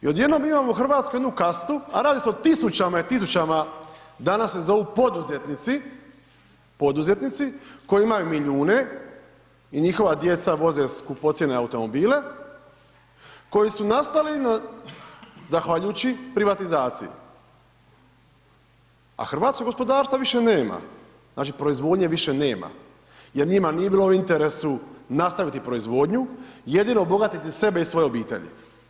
I od jednom imamo u Hrvatskoj jednu kastu, a radi se o tisućama i tisućama, danas se zovu poduzetnici, poduzetnici koji imaju milijune i njihova djeca voze skupocjene automobile koji su nastali zahvaljujući privatizaciji, a hrvatskog gospodarstva više nema, znači proizvodnje više nema, jer njima nije bilo u interesu nastaviti proizvodnju, jedino obogatiti sebe i svoje obitelji.